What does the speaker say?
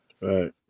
Right